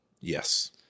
Yes